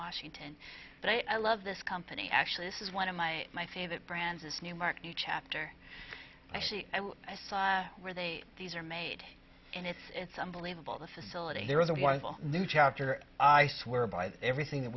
washington but i love this company actually this is one of my my favorite brands is newmark new chapter actually i saw where they these are made and it's it's unbelievable the facility there was a wonderful new chapter i swear by everything that